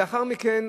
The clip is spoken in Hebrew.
לאחר מכן,